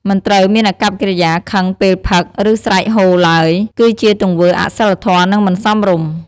មិនត្រូវមានអាកប្បកិរិយាខឹងពេលផឹក ឬ ស្រែកហ៊ឡើយ គឺជាទង្វើអសីលធម៌ និងមិនសមរម្យ។